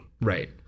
Right